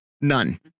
None